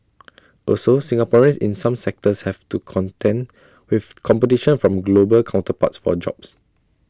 also Singaporeans in some sectors have to contend with competition from global counterparts for jobs